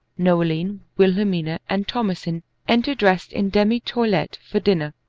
noeline, wilhelmina, and thomasin enter dressed in demi-toilette for dinner